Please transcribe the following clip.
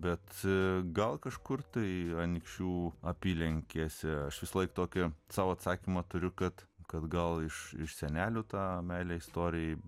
bet gal kažkur tai anykščių apylinkėse aš visąlaik tokia savo atsakymą turiu kad kad gal iš senelių tą meilę istorijai